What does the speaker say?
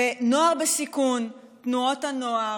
ונוער בסיכון, תנועות הנוער,